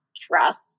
trust